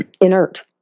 inert